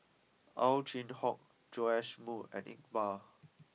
Ow Chin Hock Joash Moo and Iqbal